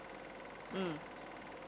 mm